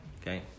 Okay